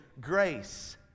grace